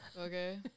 Okay